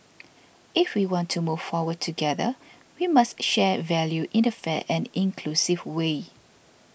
if we want to move forward together we must share value in a fair and inclusive way